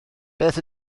beth